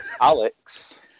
Alex